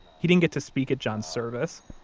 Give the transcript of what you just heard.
he didn't get to speak at john's service.